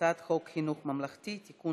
הצעת חוק חינוך ממלכתי (תיקון,